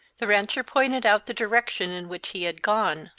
the rancher pointed out the direction in which he had gone,